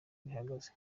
bihagaze